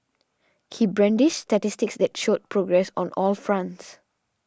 he brandished statistics that showed progress on all fronts